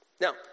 Now